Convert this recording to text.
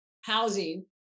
housing